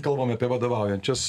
kalbam apie vadovaujančias